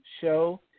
show